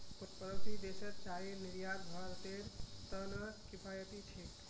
पड़ोसी देशत चाईर निर्यात भारतेर त न किफायती छेक